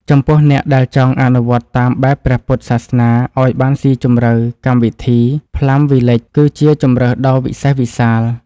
ចំពោះអ្នកដែលចង់អនុវត្តតាមបែបព្រះពុទ្ធសាសនាឱ្យបានស៊ីជម្រៅកម្មវិធី ផ្លាំ វីលេច (Plum Village) គឺជាជម្រើសដ៏វិសេសវិសាល។